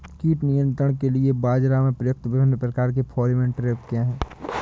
कीट नियंत्रण के लिए बाजरा में प्रयुक्त विभिन्न प्रकार के फेरोमोन ट्रैप क्या है?